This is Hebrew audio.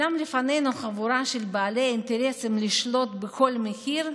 אולם לפנינו חבורה של בעלי אינטרסים שרוצים לשלוט בכל מחיר,